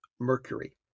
mercury